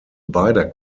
beider